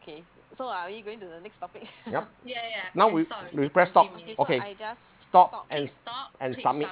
yup now we we press stop okay stop and and submit